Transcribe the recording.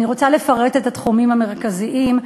אני רוצה לפרט את התחומים המרכזיים,